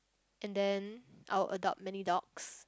and then I will adopt many dogs